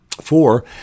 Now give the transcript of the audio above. Four